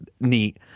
neat